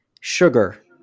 sugar